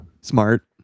smart